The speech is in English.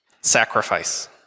sacrifice